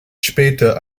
später